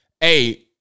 Hey